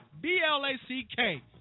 B-L-A-C-K